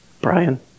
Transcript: Brian